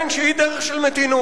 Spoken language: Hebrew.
כן, שהיא דרך של מתינות.